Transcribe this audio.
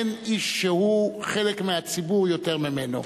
אין איש שהוא חלק מהציבור יותר ממנו.